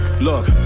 look